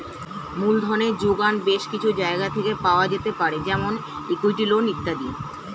মূলধনের জোগান বেশ কিছু জায়গা থেকে পাওয়া যেতে পারে যেমন ইক্যুইটি, লোন ইত্যাদি